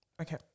Okay